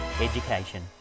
Education